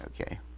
Okay